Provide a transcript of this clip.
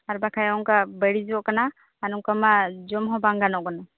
ᱟᱨ ᱵᱟᱠᱷᱟᱱ ᱚᱱᱠᱟ ᱵᱟᱹᱲᱤᱡᱚᱜ ᱠᱟᱱᱟ ᱟᱨ ᱱᱚᱝᱠᱟᱢᱟ ᱡᱚᱢ ᱦᱚᱸ ᱵᱟᱝ ᱜᱟᱱᱚᱜ ᱠᱟᱱᱟ